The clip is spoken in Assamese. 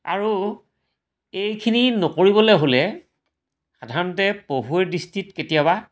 আৰু এইখিনি নকৰিবলৈ হ'লে সাধাৰণতে পঢ়ুৱৈৰ দৃষ্টিত কেতিয়াবা